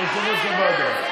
או יושב-ראש הוועדה?